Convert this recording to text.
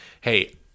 hey